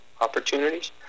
opportunities